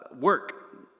Work